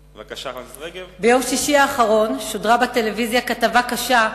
ביום שישי האחרון שודרה בטלוויזיה כתבה קשה,